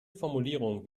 formulierungen